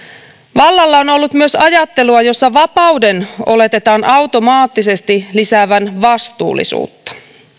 vallalla on on ollut myös ajattelua jossa vapauden oletetaan automaattisesti lisäävän vastuullisuutta